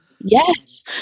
Yes